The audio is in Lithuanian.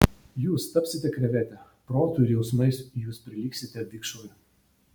jūs tapsite krevete protu ir jausmais jūs prilygsite vikšrui